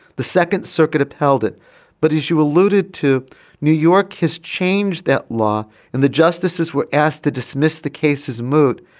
the second circuit upheld it but as you alluded to new york has changed that law and the justices were asked to dismiss the case as moot.